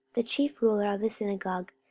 the chief ruler of the synagogue,